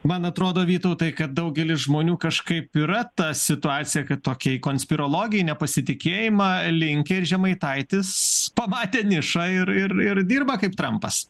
man atrodo vytautai kad daugelis žmonių kažkaip yra ta situacija kad tokią į konspirologiją nepasitikėjimą linkę ir žemaitaitis pamatė nišą ir ir ir dirba kaip trampas